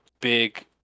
big